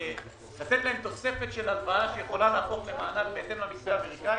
לתת להם תוספת של הלוואה שיכולה להפוך למענק בהתאם למתווה האמריקאי,